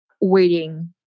waiting